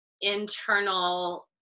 internal